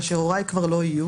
כאשר הוריי כבר לא יהיו,